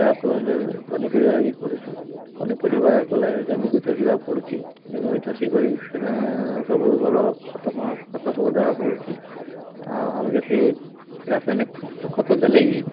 ଚାଷ ବୋଇଲେ ପନିପରିବା ବି କରୁଛୁ ପନିପରିବା କଲେ ଜମିକୁ ଚଷିବାକୁ ପଡ଼ୁଛି ଜମିକୁ ଚଷିକରି ସେନେ ସବୁ ଉର୍ବର ଖତ ମ ଖତ ସବୁ ଦେବାକୁ ପଡ଼ୁଛି ଆଉ ଆମେ ଯେତେ ରାସାୟନିକ ଖତ ଖତ ଦେଲେ ବି